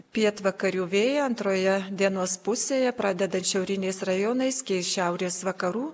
pietvakarių vėjai antroje dienos pusėje pradedant šiauriniais rajonais keis šiaurės vakarų